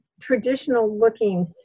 traditional-looking